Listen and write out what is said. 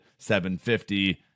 $750